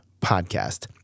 podcast